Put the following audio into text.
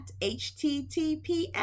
HTTPS